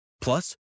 Plus